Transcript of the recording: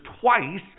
twice